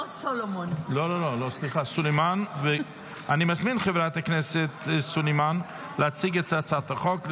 אני מזמין את חברת הכנסת סלימאן להציג את הצעת החוק.